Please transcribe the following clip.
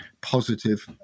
positive